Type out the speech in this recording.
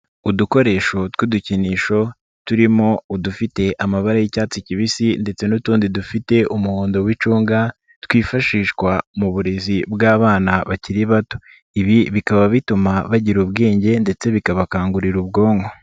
Udukoresho tw'udukinisho turimo udufite amabara y'icyatsi kibisi ndetse n'utundi dufite umuhondo w'icunga twifashishwa mu burezi bw'abana bakiri bato, ibi bikaba bituma bagira ubwenge ndetse bikabakangurira ubwonko.